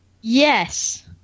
Yes